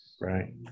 right